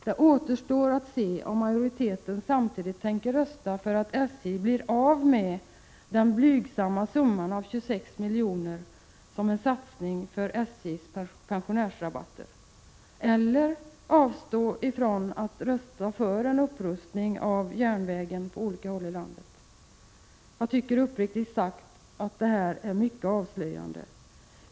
Det återstår att se om majoriteten samtidigt tänker rösta för att SJ blir av med den blygsamma summan 26 milj.kr. för en satsning på SJ:s pensionärsrabatter eller avstå från att rösta för en upprustning av järnvägen på olika håll i landet. Det är uppriktigt sagt mycket avslöjande.